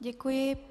Děkuji.